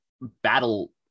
battle